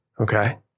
Okay